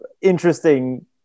interesting